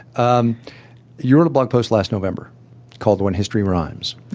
um you wrote a blog post last november called when history rhymes,